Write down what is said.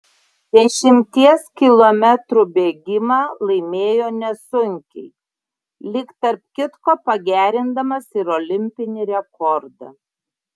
dešimties kilometrų bėgimą laimėjo nesunkiai lyg tarp kitko pagerindamas ir olimpinį rekordą